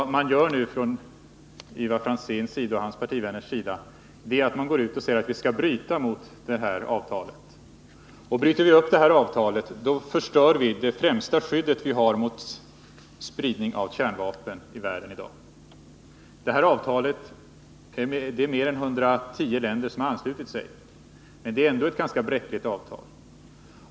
Ivar Franzén och hans partivänner vill nu att vi skall bryta mot det avtalet. Men bryter vi upp avtalet, förstör vi därmed det främsta skydd som vi i dag har mot spridning av kärnvapen i världen. Mer än 110 länder har anslutit sig till det här avtalet, men det är ändå ganska bräckligt.